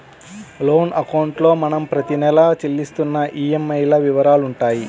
loan అకౌంట్లో మనం ప్రతి నెలా చెల్లిస్తున్న ఈఎంఐల వివరాలుంటాయి